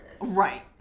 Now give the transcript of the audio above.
Right